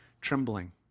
trembling